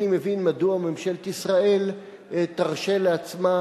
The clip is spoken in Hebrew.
אינני מבין מדוע ממשלת ישראל תרשה לעצמה